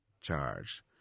charge